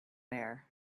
bear